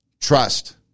trust